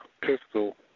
pistol